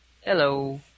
Hello